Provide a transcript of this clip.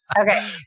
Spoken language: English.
Okay